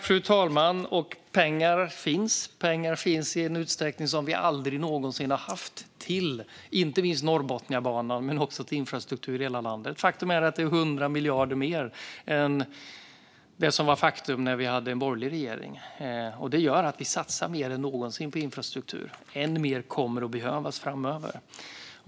Fru talman! Pengar finns. Pengar finns i en utsträckning som vi aldrig någonsin har sett, inte minst till Norrbotniabanan men också till infrastruktur i hela landet. Faktum är att det är 100 miljarder mer än det som var ett faktum när vi hade en borgerlig regering. Det gör att vi satsar mer än någonsin på infrastruktur. Än mer kommer att behövas framöver.